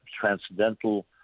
transcendental